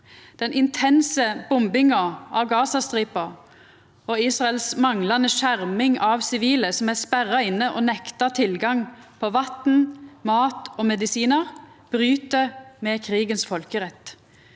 Den intense bombinga av Gazastripa og Israels manglande skjerming av sivile, som er sperra inne og nekta tilgang på vatn, mat og medisinar, bryt med krigens folkerett,